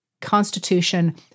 Constitution